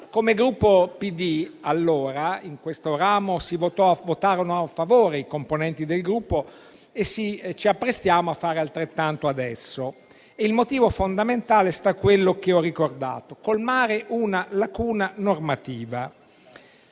Come Gruppo PD allora, in questo ramo, votammo a favore e ci apprestiamo a fare altrettanto adesso. Il motivo fondamentale sta in quello che ho ricordato: colmare una lacuna normativa.